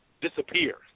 disappear